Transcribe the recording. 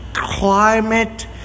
climate